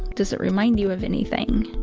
does it remind you of anything?